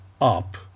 up